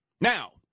Now